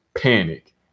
panic